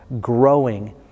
growing